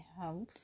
house